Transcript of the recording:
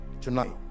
tonight